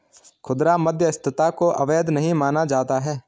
खुदरा मध्यस्थता को अवैध नहीं माना जाता है